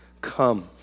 Come